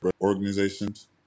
organizations